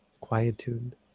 quietude